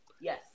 Yes